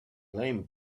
lame